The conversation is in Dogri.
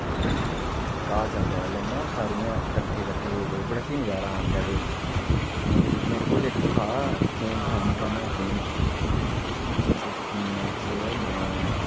घा चरदे बेल्लै न ओह् सारियां कट्ठे कट्ठे ते बड़ा स्हेई नजारा हा उंदा ते मेरे को मेरे कोल इक हा फोन हा निक्का नेआ फोन ते उस फोनै च मैं